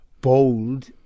bold